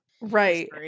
right